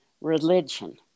religion